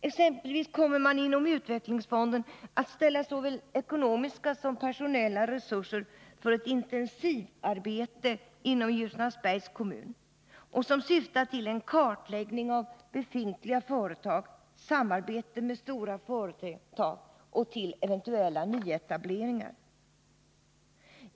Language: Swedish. Exempelvis kommer man inom utvecklingsfonden att ställa såväl ekonomiska som personella resurser till förfogande för ett intensivarbete inom Ljusnarsbergs kommun som syftar till kartläggning av befintliga företag, samarbete med stora företag och eventuella nyetableringar.